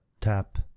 tap